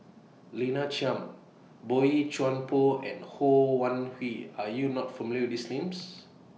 Lina Chiam Boey Chuan Poh and Ho Wan Hui Are YOU not familiar with These Names